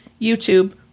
YouTube